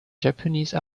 japanese